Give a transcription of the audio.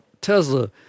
Tesla